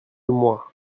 moi